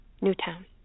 Newtown